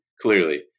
clearly